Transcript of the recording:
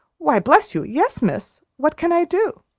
why, bless you, yes, miss! what can i do?